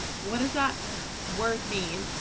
what does that word mean.